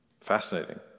Fascinating